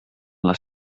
les